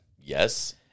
yes